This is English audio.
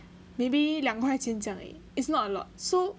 maybe 两块钱这样而已 is not a lot so